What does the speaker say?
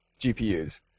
GPUs